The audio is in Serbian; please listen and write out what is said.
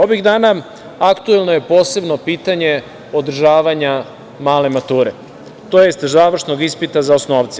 Ovih dana aktuelno je posebno pitanje održavanja male mature, tj. završnog ispita za osnovce.